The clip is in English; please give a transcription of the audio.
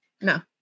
no